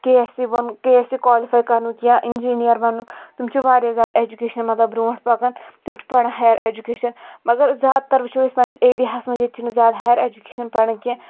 K S A K S A کالفاے کَرنُک یا اِنجِنیر بننُک تِم چھ واریاہ زِیادٕ اؠجُکیشَن مطلب برونٛٹھ پَکان تِم چھ پَران ہایَر اؠجُکیشَن مَگَر زِیادٕ تَر وٕچھو أسۍ پَننس ایرہاہس منٛز ییٚتہِ چھنہٕ زِیادٕ ہایَر اؠجُکیشَن پَران کینٛہہ